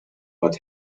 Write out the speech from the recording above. but